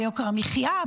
ביוקר המחיה,